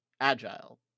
agile